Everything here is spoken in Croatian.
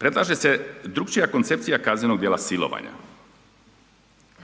Predlaže se drukčija koncepcija kaznenog djela silovanja.